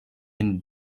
and